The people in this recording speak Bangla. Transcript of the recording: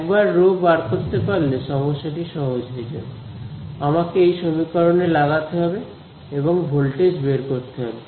একবার রো বার করতে পারলে সমস্যা টি সহজ হয়ে যাবে আমাকে এই সমীকরণে লাগাতে হবে এবং ভোল্টেজ বের করতে হবে